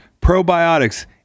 probiotics